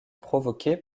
provoqués